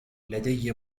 لدي